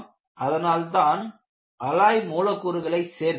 அதனால்தான் அலாய் மூலக் கூறுகளை சேர்க்கிறோம்